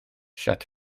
chaeau